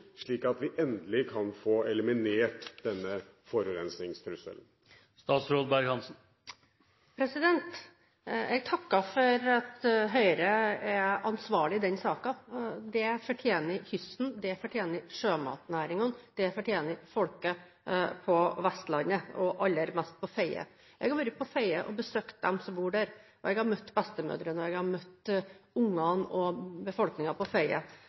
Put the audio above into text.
slik at vi endelig kan få eliminert denne forurensningstrusselen? Jeg takker for at Høyre er ansvarlig i denne saken. Det fortjener kysten, det fortjener sjømatnæringen, og det fortjener folket på Vestlandet og aller mest på Fedje. Jeg har vært på Fedje og besøkt dem som bor der. Jeg har møtt bestemødrene, jeg har møtt barna og befolkningen på